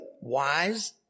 wise